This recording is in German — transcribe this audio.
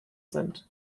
sind